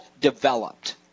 developed